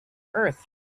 earth